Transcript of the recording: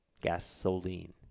Gasoline